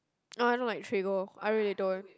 ah I don't like trigo I really don't